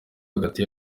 hagati